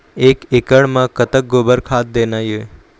एक एकड़ म कतक गोबर खाद देना ये?